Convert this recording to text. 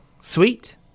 Sweet